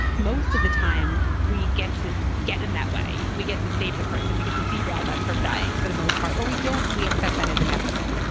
most of the time we get to get in that way. we get to save the person. we get to derail them from dying for the most part. or we don't. and we accept that as inevitable.